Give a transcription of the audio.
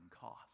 cost